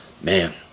man